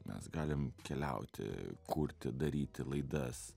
mes galime keliauti kurti daryti laidas